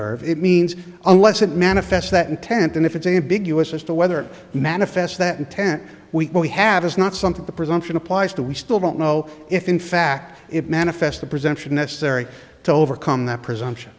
serve it means unless it manifests that intent and if it's ambiguous as to whether manifest that intent we only have is not something the presumption applies to we still don't know if in fact it manifests the presenter necessary to overcome that presumption